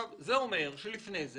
זה אומר שלפני זה